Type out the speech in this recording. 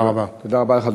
תודה רבה לך.